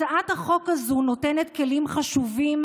הצעת החוק הזו נותנת כלים חשובים